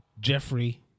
Jeffrey